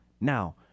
Now